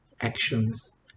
actions